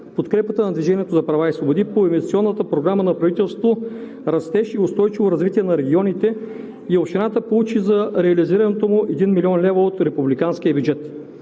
подкрепата на „Движението за права и свободи“ по Инвестиционната програма на правителството „Растеж и устойчиво развитие на регионите“ и общината получи за реализирането му 1 млн. лв. от републиканския бюджет.